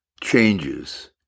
changes